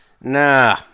Nah